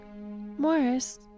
Morris